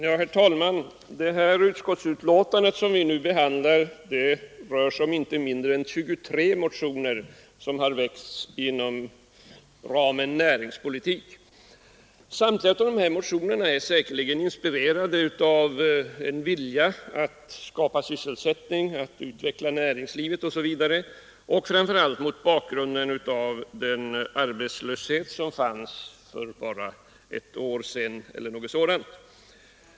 Herr talman! Det föreliggande utskottsbetänkandet behandlar inte mindre än 23 motioner, som väckts inom ramen näringspolitik. Samtliga dessa motioner är säkerligen inspirerade av en vilja att skapa sysselsättning, att utveckla näringslivet osv., framför allt mot bakgrunden av den arbetslöshet vi hade för bara ett år sedan eller något sådant.